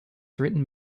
written